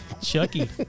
Chucky